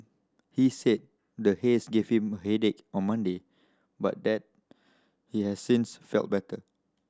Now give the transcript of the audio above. he said the haze gave him a headache on Monday but that he has since felt better